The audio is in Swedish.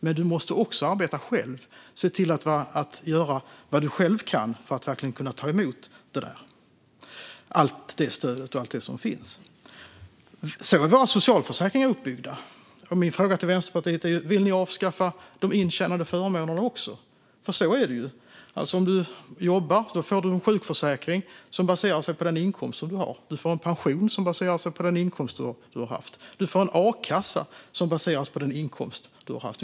Men man måste också arbeta själv och se till att göra vad man själv kan för att verkligen ta emot allt det stöd och annat som finns. På detta sätt är våra socialförsäkringar uppbyggda. Min fråga till Vänsterpartiet är: Vill ni även avskaffa de intjänade förmånerna? Det ligger ju till så att när man jobbar får man en sjukförsäkring som baseras på den inkomst som man har. Man får en pension som baseras på den inkomst som man har haft. Man får en a-kassa som baseras på den inkomst som man har haft.